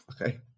Okay